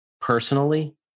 personally